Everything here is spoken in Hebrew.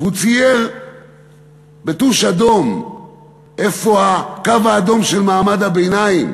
והוא צייר בטוש אדום איפה הקו האדום של מעמד הביניים.